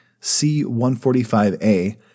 C-145A